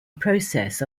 process